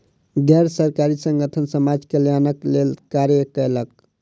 गैर सरकारी संगठन समाज कल्याणक लेल कार्य कयलक